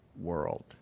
world